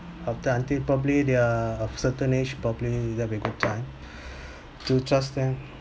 after until probably they're certain age probably will be a good time to trust them